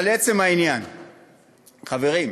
אבל לעצם העניין, חברים,